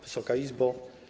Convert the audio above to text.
Wysoka Izbo!